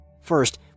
First